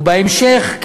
בהמשך,